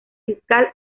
fiscal